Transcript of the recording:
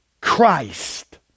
Christ